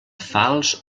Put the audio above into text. falç